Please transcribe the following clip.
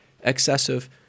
excessive